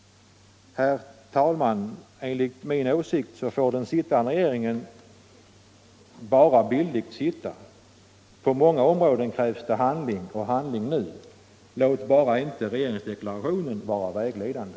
| Herr talman! Enligt min åsikt får den sittande.regeringen sitta' bara bildligt. På många ormråden krävs det handling — och handiing nu! Låt Allmänpolitisk debatt bara inte regeringsdeklarationen vara vägledande!